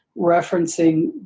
referencing